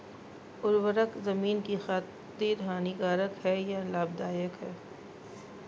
उर्वरक ज़मीन की खातिर हानिकारक है या लाभदायक है?